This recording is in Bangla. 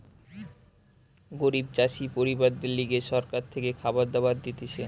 গরিব চাষি পরিবারদের লিগে সরকার থেকে খাবার দাবার দিতেছে